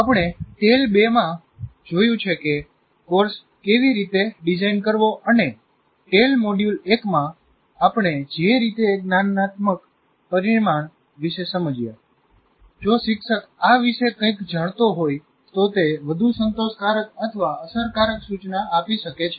આપણે ટેલ 2 માં જોયું છે કે કોર્સ કેવી રીતે ડિઝાઇન કરવો અને ટેલ મોડ્યુલ 1 માં આપણે જે રીતે જ્ઞાનનાત્મક પરિમાણ વિશે સમજ્યા જો શિક્ષક આ વિશે કંઇક જાણતો હોય તો તે વધુ સંતોષકારક અથવા અસરકારક સૂચના આપી શકે છે